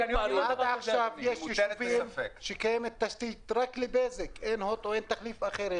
עד עכשיו יש ישובים שקיימת תשתית רק לבזק ואין הוט או חברה אחרת.